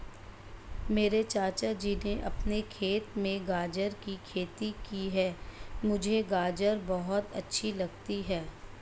मेरे चाचा जी ने अपने खेत में गाजर की खेती की है मुझे गाजर बहुत अच्छी लगती है